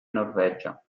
norvegia